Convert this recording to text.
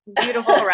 Beautiful